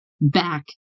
back